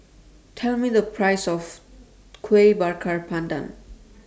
Tell Me The Price of Kueh Bakar Pandan